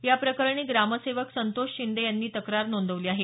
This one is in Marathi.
या प्रकरणी ग्रामसेवक संतोष शिंदे यांनी तक्रार नोंदवली आहे